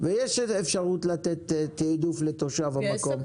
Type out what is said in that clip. ויש אפשרות לתת תיעדוף לתושב המקום.